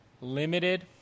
limited